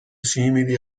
simili